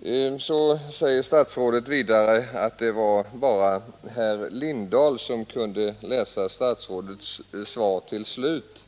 Vidare säger statsrådet att det var bara herr Lindahl som kunde läsa hennes svar till slut.